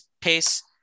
pace